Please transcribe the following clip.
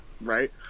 Right